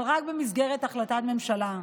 אבל רק במסגרת החלטת ממשלה.